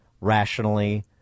rationally